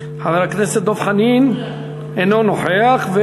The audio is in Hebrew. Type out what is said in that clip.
אינו נוכח.